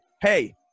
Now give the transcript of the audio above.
hey